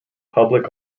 public